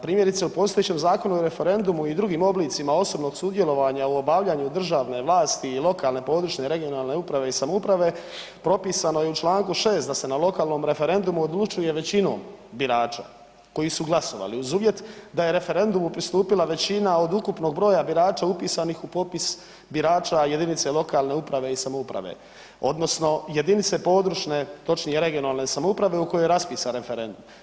Primjerice u postojećem Zakonu o referendumu i drugim oblicima osobnog sudjelovanja u obavljanju državne vlasti i lokalne područne i regionalne uprave i samouprave propisano je u Članku 6. da se na lokalnom referendumu odlučuje većinom birača koji su glasovali uz uvjet da je referendumu pristupila većina od ukupnog broja birača upisanih u popis birača jedinice lokalne uprave i samouprave odnosno jedinice područne točnije regionalne samouprave u kojoj je raspisan referendum.